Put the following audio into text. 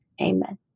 amen